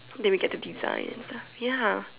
then we get to designs ya